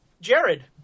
Jared